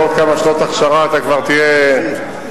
ועוד כמה שנות הכשרה אתה כבר תהיה פיקס.